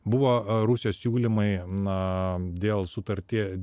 buvo rusijos siūlymai na dėl sutartyje